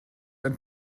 ein